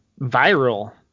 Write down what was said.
viral